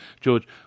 George